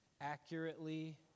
accurately